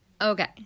Okay